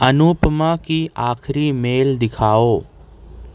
انوپما کی آخری میل دکھاوؑ